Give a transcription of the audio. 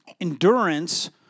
endurance